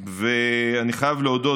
ואני חייב להודות,